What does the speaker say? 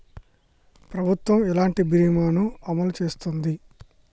ప్రభుత్వం ఎలాంటి బీమా ల ను అమలు చేస్తుంది?